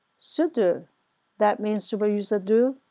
sudo that means super user do,